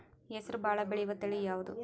ಹೆಸರು ಭಾಳ ಬೆಳೆಯುವತಳಿ ಯಾವದು?